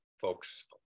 folks